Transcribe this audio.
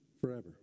forever